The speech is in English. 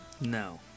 No